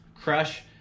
Crush